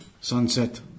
sunset